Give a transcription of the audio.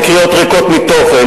לקריאות ריקות מתוכן,